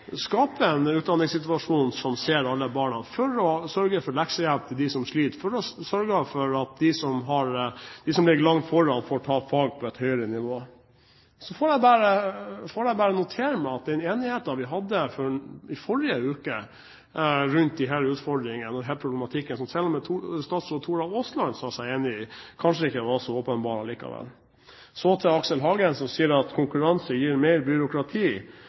en utdanningssituasjon som ser alle barna, for å sørge for leksehjelp for dem som sliter, og for å sørge for at de som ligger langt foran, får ta fag på et høyere nivå. Så får jeg bare notere meg at den enigheten vi hadde i forrige uke rundt disse utfordringene og denne problematikken – som selv statsråd Tora Aasland sa seg enig i – kanskje ikke var så åpenbar likevel. Så til Aksel Hagen, som sier at konkurranse gir mer byråkrati.